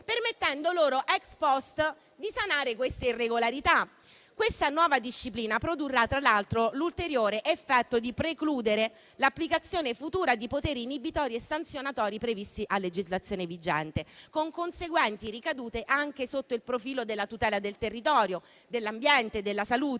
permettendo loro *ex post* di sanare queste irregolarità. Questa nuova disciplina produrrà, tra l'altro, l'ulteriore effetto di precludere l'applicazione futura di poteri inibitori e sanzionatori previsti a legislazione vigente, con conseguenti ricadute anche sotto il profilo della tutela del territorio, dell'ambiente, della salute